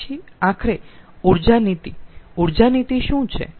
પછી આખરે ઊર્જા નીતિ ઊર્જા નીતિ શું છે